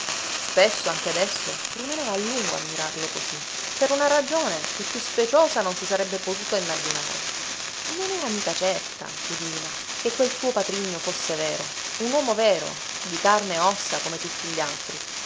spesso anche adesso rimaneva a lungo a mirarlo così per una ragione che più speciosa non si sarebbe potuta immaginare non era mica certa tudina che quel suo patrigno fosse vero un uomo vero di carne e ossa come tutti gli altri